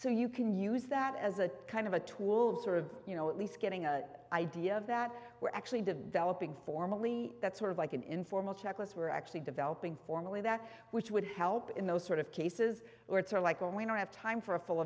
so you can use that as a kind of a tool sort of you know at least getting an idea of that we're actually developing formally that's sort of like an informal checklist we're actually developing formally that which would help in those sort of cases or it's are like a winner have time for a full